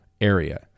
area